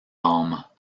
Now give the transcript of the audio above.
âmes